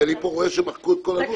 אני רואה פה שמחקו את כל הנוסח.